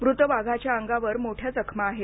मृत वाघाच्या अंगावर मोठ्या जखमा आहेत